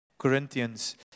Corinthians